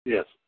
Yes